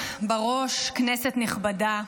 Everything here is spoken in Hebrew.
בראש, כנסת נכבדה,